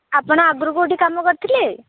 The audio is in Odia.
ଆପଣ ଆଗରୁ କେଉଁଠି କାମ କରିଥିଲେ